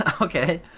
Okay